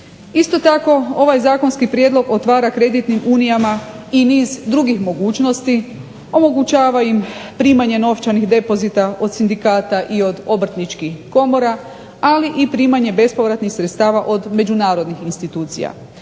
Isto tako ovaj zakonski prijedlog otvara kreditnim unijama i niz drugih mogućnosti, omogućava im primanje novčanih depozita od sindikata i od obrtničkih komora, ali i primanje bespovratnih sredstava od međunarodnih institucija.